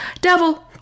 devil